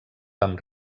vam